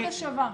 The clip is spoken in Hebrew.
חובת השבה.